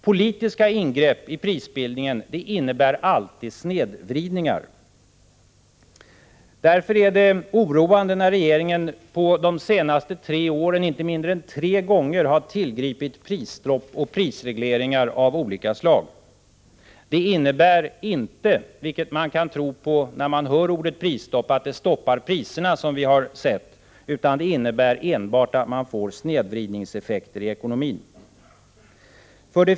Politiska ingrepp i prisbildningen innebär alltid snedvridningar. Därför är det oroande att regeringen under de senaste tre åren inte mindre än tre gånger har tillgripit prisstopp och prisregleringar av olika slag. När man hör ordet prisstopp kan man tro att det innebär att priserna stoppas, men som vi har sett leder det enbart till att man får snedvridningseffekter i ekonomin.